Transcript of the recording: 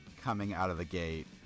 coming-out-of-the-gate